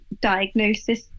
diagnosis